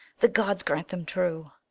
the gods grant them true!